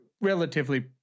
relatively